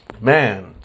man